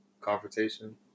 Confrontation